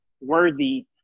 worthy